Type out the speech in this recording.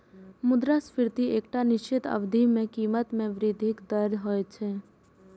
मुद्रास्फीति एकटा निश्चित अवधि मे कीमत मे वृद्धिक दर होइ छै